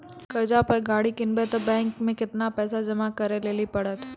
कर्जा पर गाड़ी किनबै तऽ बैंक मे केतना पैसा जमा करे लेली पड़त?